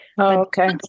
okay